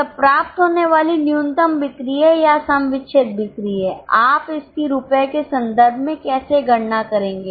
यह प्राप्त होने वाली न्यूनतम बिक्री है या सम विच्छेद बिक्री है आप इसकी रुपये के संदर्भ में कैसे गणना करेंगे